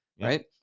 right